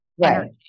Right